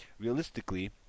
realistically